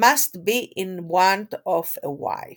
must be in want of a wife.